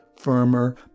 firmer